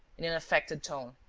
in an affected tone.